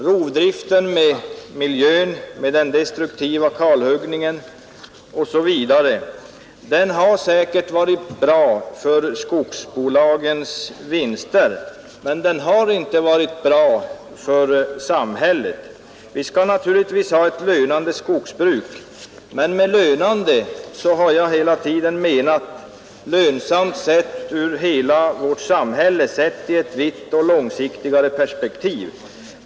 Rovdriften med miljön, den destruktiva kalhuggningen osv. har säkert varit bra för skogsbolagens vinster men inte för samhället. Vi skall naturligtvis ha ett lönande skogsbruk, men med lönande har jag hela tiden menat lönsamt för hela vårt samhälle, sett ur ett vitt och långsiktigt perspektiv.